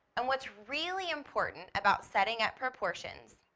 and what's really important about setting up proportions,